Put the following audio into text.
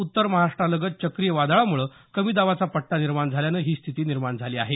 उत्तर महाराष्ट्रालगत चक्रीय वादळामुळे कमी दाबाचा पट्टा निर्माण झाल्यानं ही स्थिती निर्माण झाली आहे